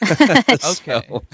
Okay